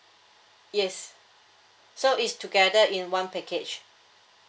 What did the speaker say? yes so it's together in one package